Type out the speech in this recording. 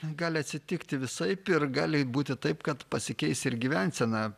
gali atsitikti visaip ir gali būti taip kad pasikeis ir gyvensena